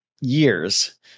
years